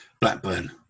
Blackburn